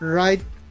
right